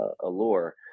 allure